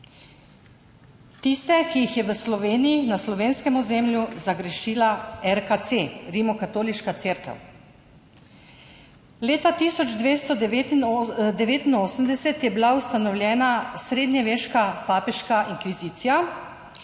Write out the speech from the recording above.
tiste, ki jih je v Sloveniji, na slovenskem ozemlju zagrešila RKC, Rimokatoliška cerkev. Leta 1289 je bila ustanovljena srednjeveška papeška inkvizicija